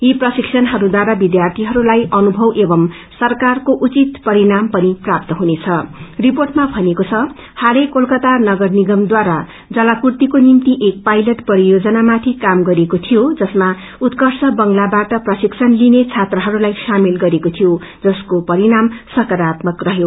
यी प्रशिक्षणहरूद्वारा विष्यार्थिहरूलाई अनुभव एवं सरकारको उचित मरिणाम पनि प्राप्त हुनेछरिप्रेअमा भनिएको छ हालै कोलकाता नगर निगतद्वारा जलापूर्तिको निम्ति एक पायलट योजनामाथि काम गरिएको थियो जसमा उर्त्कष बंगलाबाट प्रशिक्षण लिइने छात्रहस्लाई सामेल गरिएको थियो जसको परिणाम सकारात्मक रहयो